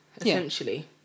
essentially